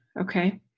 okay